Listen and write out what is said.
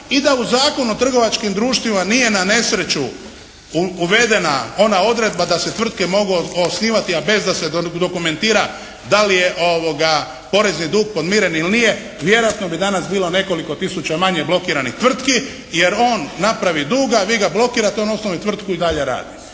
i da u Zakonu o trgovačkim društvima nije na nesreću uvedena ona odredba da se tvrtke mogu osnivati a bez da se dokumentira da li je porezni dug podmiren ili nije vjerojatno bi danas bilo nekoliko tisuća manje blokiranih tvrtki jer on napravi dug, a vi ga blokirate. On osnuje tvrtku i dalje radi.